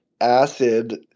acid